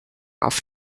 auf